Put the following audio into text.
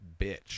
bitch